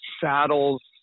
saddles